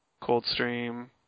Coldstream